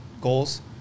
goals